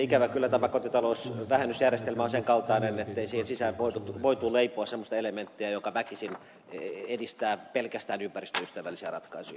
ikävä kyllä tämä kotitalousvähennysjärjestelmä on sen kaltainen ettei sen sisään voitu leipoa semmoista elementtiä joka väkisin edistää pelkästään ympäristöystävällisiä ratkaisuja